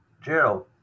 Gerald